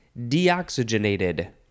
deoxygenated